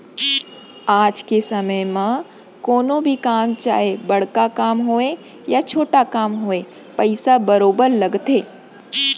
आज के समे म कोनो भी काम चाहे बड़का काम होवय या छोटे काम होवय पइसा बरोबर लगथे